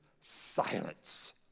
silence